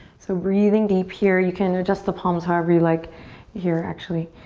so breathing deep here. you can adjust the palms however you like here actually.